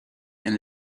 and